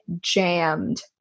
jammed